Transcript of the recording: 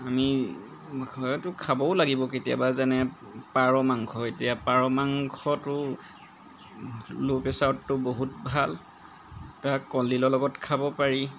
আমি হয়তো খাবও লাগিব কেতিয়াবা যেনে পাৰ মাংস এতিয়া পাৰ মাংসটো ল' প্ৰেচাৰতটো বহুত ভাল তাক কলডিলৰ লগত খাব পাৰি